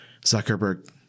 Zuckerberg